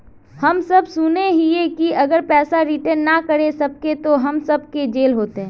हम सब सुनैय हिये की अगर पैसा रिटर्न ना करे सकबे तो हम सब के जेल होते?